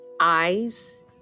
eyes